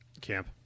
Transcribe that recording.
camp